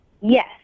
Yes